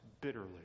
bitterly